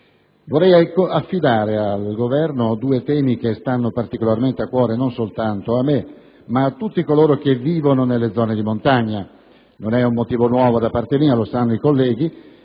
vorrei affidare al Governo due temi che stanno particolarmente a cuore non soltanto a me, ma a tutti coloro che vivono nelle zone di montagna. Non è un motivo nuovo da parte mia, come ben sanno i colleghi,